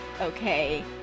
Okay